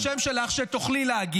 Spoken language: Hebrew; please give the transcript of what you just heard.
בכוונה אמרתי את השם שלך, כדי שתוכלי להגיב.